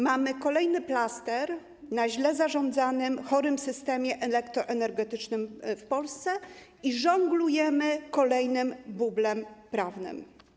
Mamy kolejny plaster na źle zarządzanym chorym systemie elektroenergetycznym w Polsce i żonglujemy kolejnym bublem prawnym.